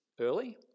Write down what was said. early